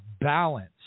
balance